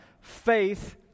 Faith